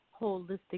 holistic